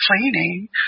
cleaning